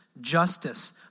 justice